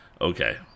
Okay